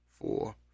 four